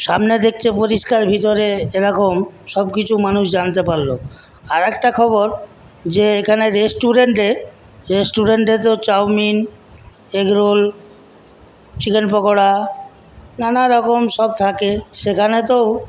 সামনে দেখছে পরিষ্কার ভিতরে এরকম সবকিছু মানুষ জানতে পারলো আর একটা খবর যে এখানে রেস্টুরেন্টে তো chowmein egg roll chicken pakora নানারকম সব থাকে সেখানে তো